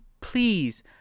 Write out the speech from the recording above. Please